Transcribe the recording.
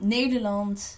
Nederland